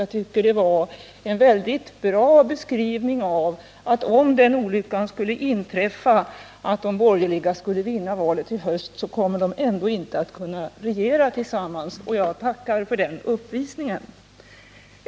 Jag tycker det var en bra beskrivning av att — om den olyckan skulle inträffa att de borgerliga skulle vinna valet i höst — de borgerliga ändå inte kommer att kunna regera tillsammans. Jag tackar för den uppvisningen.